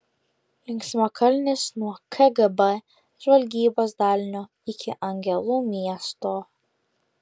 linksmakalnis nuo kgb žvalgybos dalinio iki angelų miesto